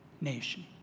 nation